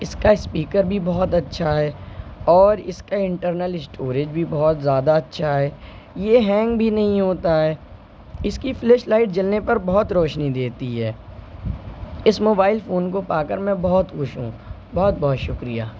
اس کا اسپیکر بھی بہت اچھا ہے اور اس کا انٹرنل اسٹوریج بھی بہت زیادہ اچھا ہے یہ ہینگ بھی نہیں ہوتا ہے اس کی فلش لائٹ جلنے پر بہت روشنی دیتی ہے اس موبائل فون کو پا کر میں بہت خوش ہوں بہت بہت شکریہ